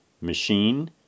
machine